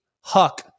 Huck